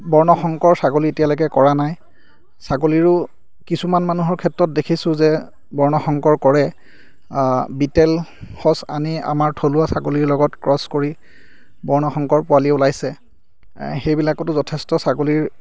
বৰ্ণশংকৰ ছাগলী এতিয়ালৈকে কৰা নাই ছাগলীৰো কিছুমান মানুহৰ ক্ষেত্ৰত দেখিছোঁ যে বৰ্ণশংকৰ কৰে বিতেল সঁচ আনি আমাৰ থলুৱা ছাগলীৰ লগত ক্ৰছ কৰি বৰ্ণশংকৰ পোৱালি ওলাইছে সেইবিলাকতো যথেষ্ট ছাগলীৰ